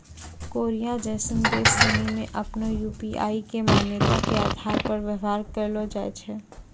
Korea जैसन देश सनि मे आपनो यू.पी.आई के मान्यता के आधार पर व्यवहार कैलो जाय छै